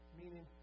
meaning